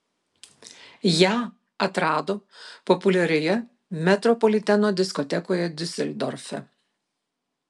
ją atrado populiarioje metropoliteno diskotekoje diuseldorfe